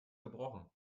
gebrochen